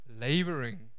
Laboring